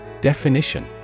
Definition